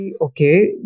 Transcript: okay